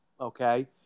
okay